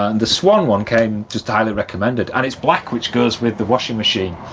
ah and the swan one came just highly recommended and it's black which goes with the washing machine.